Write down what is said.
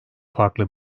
farklı